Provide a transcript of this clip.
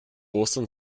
ostern